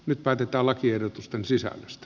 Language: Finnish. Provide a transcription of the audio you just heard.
nyt päätetään lakiehdotusten sisällöstä